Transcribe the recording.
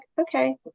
okay